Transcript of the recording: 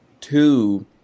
two